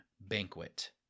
banquet